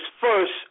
first